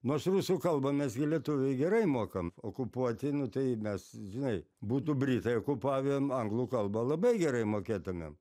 nors rusų kalbą mes gi lietuviai gerai mokam okupuoti nu tai mes žinai būtų britai okupavę m anglų kalbą labai gerai mokėtumėm